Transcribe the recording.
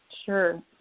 Sure